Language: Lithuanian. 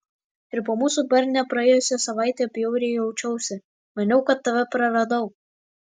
ir po mūsų barnio praėjusią savaitę bjauriai jaučiausi maniau kad tave praradau